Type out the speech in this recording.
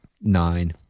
nine